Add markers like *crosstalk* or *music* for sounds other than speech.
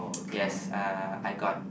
*noise* yes uh I got